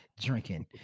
drinking